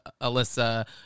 Alyssa